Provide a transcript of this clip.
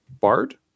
bard